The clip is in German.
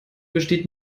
besteht